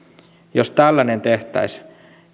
jos tällainen tehtäisiin